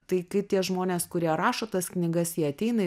tai kai tie žmonės kurie rašo tas knygas jie ateina